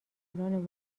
دختران